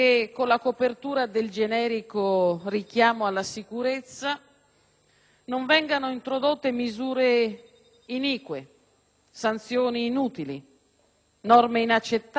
non vengano introdotte misure inique, sanzioni inutili, norme inaccettabili che violano o umiliano la dignità umana.